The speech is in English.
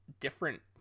different